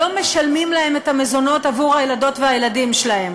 לא משלמים להן את המזונות עבור הילדות והילדים שלהם,